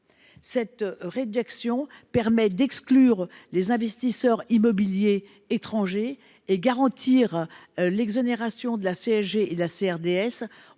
Cette condition permet d’exclure les investisseurs immobiliers étrangers et de garantir l’exonération de la CSG et de la CRDS